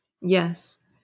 Yes